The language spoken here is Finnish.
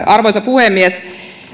arvoisa puhemies